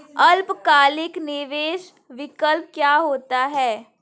अल्पकालिक निवेश विकल्प क्या होता है?